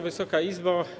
Wysoka Izbo!